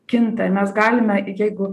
kinta mes galime jeigu